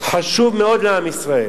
חשוב מאוד לעם ישראל,